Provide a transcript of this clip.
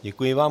Děkuji vám.